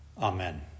Amen